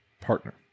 partner